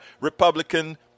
Republican